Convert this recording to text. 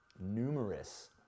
numerous